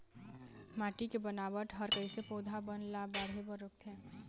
माटी के बनावट हर कइसे पौधा बन ला बाढ़े बर रोकथे?